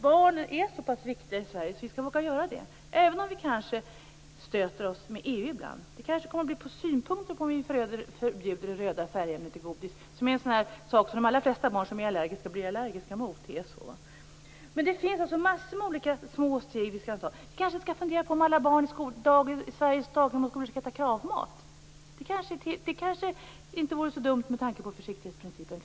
Barnen är så pass viktiga i Sverige att vi skall våga göra detta, även om vi kanske stöter oss med EU ibland. EU kan ha synpunkter om vi förbjuder det röda färgämnet i godis, som är en sådan sak som de allra flesta barn som är allergiska blir allergiska mot. Det är så. Det finns en mängd olika små steg som vi kan ta. Vi kanske skall fundera på om alla barn i Sveriges daghem och skolor skall äta KRAV-mat. Det kanske inte vore så dumt med tanke på försiktighetsprincipen.